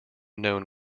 known